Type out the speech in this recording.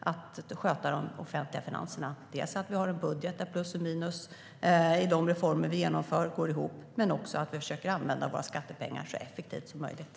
att sköta de offentliga finanserna. Vi har en budget där plus och minus går ihop i de reformer vi genomför, men vi försöker också använda våra skattepengar så effektivt som möjligt.